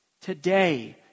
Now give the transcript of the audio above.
Today